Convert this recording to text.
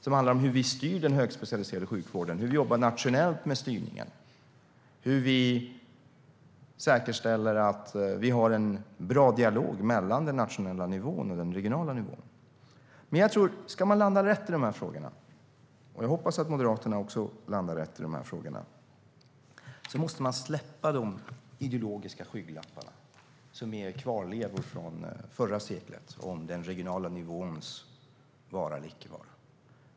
Det handlar om hur vi styr den högspecialiserade sjukvården, hur vi jobbar nationellt med styrningen och hur vi säkerställer att vi har en bra dialog mellan den nationella nivån och den regionala nivån. Ska man landa rätt i de här frågorna - jag hoppas att Moderaterna också landar rätt i de här frågorna - tror jag att man måste släppa de ideologiska skygglapparna, som är kvarlevor från förra seklet och som handlar om den regionala nivåns vara eller icke vara.